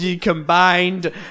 combined